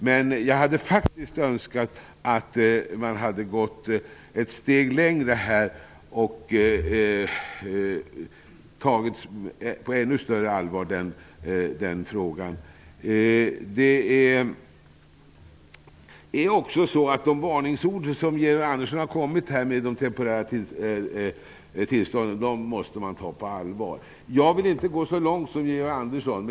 Men jag skulle faktiskt ha önskat att man hade gått ett steg längre här och att man hade tagit denna fråga på ännu större allvar. Georg Anderssons varningsord om de temporära tillstånden måste tas på allvar. Men jag vill inte gå så långt som Georg Andersson.